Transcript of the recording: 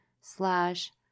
slash